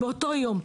באותו יום,